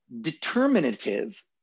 determinative